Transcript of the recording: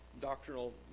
doctrinal